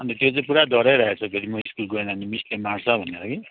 अनि त त्यो चाहिँ पुरा डराइराखेको छ फेरि म स्कुल गएन भने मिसले मार्छ भनेर कि